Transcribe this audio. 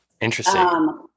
Interesting